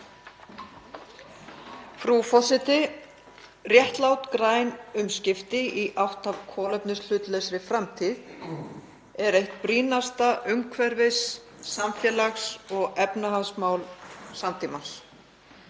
Frú forseti. Réttlát, græn umskipti í átt að kolefnishlutlausri framtíð eru eitt brýnasta umhverfis-, samfélags- og efnahagsmál samtímans.